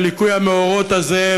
בליקוי המאורות הזה,